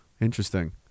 Interesting